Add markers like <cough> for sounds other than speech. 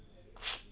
<noise>